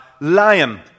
lion